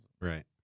Right